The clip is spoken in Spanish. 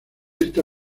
esta